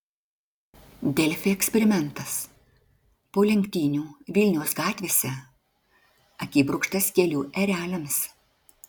delfi eksperimentas po lenktynių vilniaus gatvėse akibrokštas kelių ereliams